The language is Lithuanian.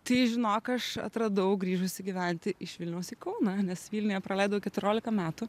tai žinok aš atradau grįžusi gyventi iš vilniaus į kauną nes vilniuje praleidau keturiolika metų